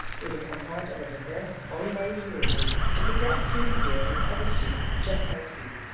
you'll become part of a diverse online community and progress through the year with other students just like you.